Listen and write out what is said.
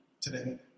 today